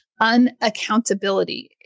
unaccountability